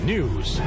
News